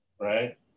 right